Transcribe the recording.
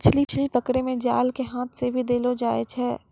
मछली पकड़ै मे जाल के हाथ से भी देलो जाय छै